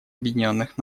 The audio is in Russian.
объединенных